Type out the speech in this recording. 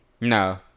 No